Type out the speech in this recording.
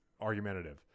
Argumentative